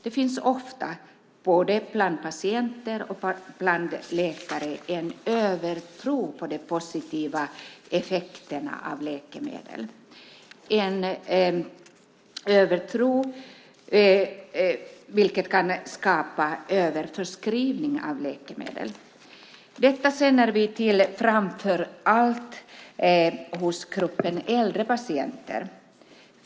Det finns ofta, både bland patienter och bland läkare, en övertro på de positiva effekterna av läkemedel, vilket kan skapa överförskrivning av läkemedel. Detta känner vi till framför allt hos gruppen äldre patienter.